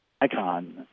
icon